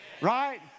right